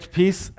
peace